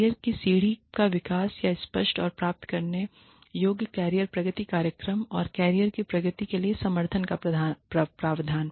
career की सीढ़ी का विकास या स्पष्ट और प्राप्त करने योग्य कैरियर प्रगति कार्यक्रम और कैरियर की प्रगति के लिए समर्थन का प्रावधान